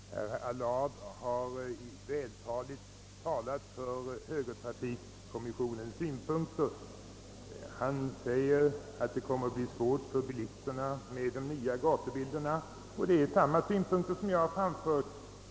Herr talman! Herr Allard har vältaligt talat för högertrafikkommissionens synpunkter. Han säger att det kommer att bli svårt för bilisterna med de nya gatubilderna. Dessa synpunkter har även jag framfört.